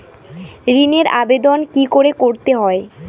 ঋণের আবেদন কি করে করতে হয়?